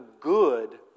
good